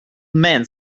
men